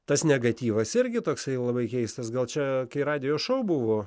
tas negatyvas irgi toksai labai keistas gal čia kai radijo šou buvo